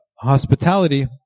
hospitality